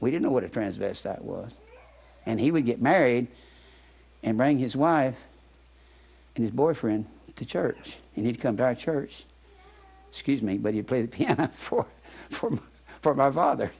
we don't know what it transvestite was and he would get married and bring his wife and his boyfriend to church and he'd come to our church scuse me but you play the piano for form for my father